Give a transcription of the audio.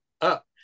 up